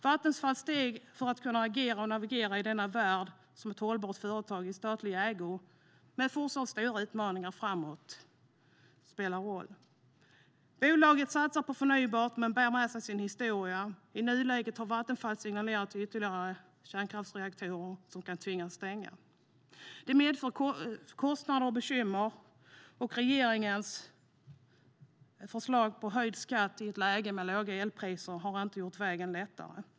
Vattenfalls steg för att kunna agera och navigera i denna värld som ett hållbart företag i statlig ägo med fortsatt stora utmaningar framåt spelar roll. Bolaget satsar på förnybart men bär med sig sin historia. I nuläget har Vattenfall signalerat om ytterligare kärnkraftsreaktorer som man kan tvingas stänga. Det medför kostnader och bekymmer, och regeringens förslag på höjd skatt i ett läge med låga elpriser har inte gjort vägen lättare.